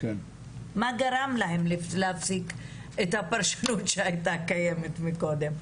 מה גרם להם להפסיק את הפרשנות שהייתה קיימת מקודם.